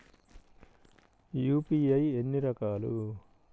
UPI ఎన్ని రకాలు?